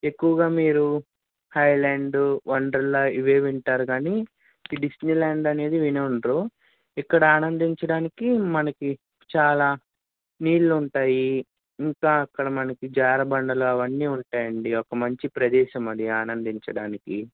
ఎక్కువుగా మీరు Haailand Wonderla ఇవి వింటారు కాని డిస్నీ ల్యాండ్ అనేది విని ఉండరు ఇక్కడ ఆనందించడానికి మనకి చాలా నీళ్ళు ఉంటాయి ఇంకా అక్కడ మనకి జారు బండలు అవన్నీ ఉంటాయండి ఒక మంచి ప్రదేశం అది ఆనందించడానికి